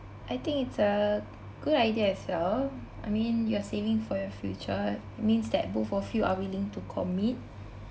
I think it's a good idea as well I mean you are saving for your future means that both of you are willing to commit